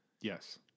Yes